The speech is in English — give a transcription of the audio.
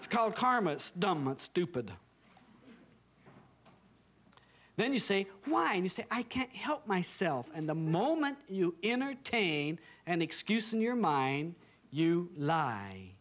it's dumb and stupid then you say why you say i can't help myself and the moment you entertain an excuse in your mind you lie